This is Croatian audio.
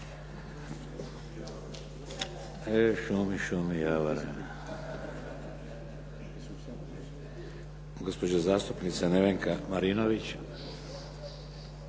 Šumi, šumi javore. Gospođa zastupnica Nevenka Marinović.